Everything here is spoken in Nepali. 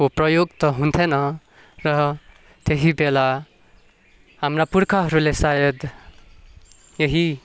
को प्रयोग त हुन्थिएन र त्यहि बेला हाम्रा पुर्खाहरूले सायद यही